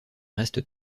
reste